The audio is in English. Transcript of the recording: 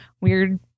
weird